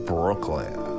Brooklyn